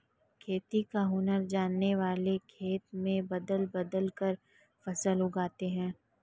खेती का हुनर जानने वाले खेत में बदल बदल कर फसल लगाते हैं